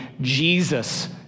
Jesus